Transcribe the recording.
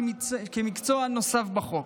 כמקצוע נוסף בחוק.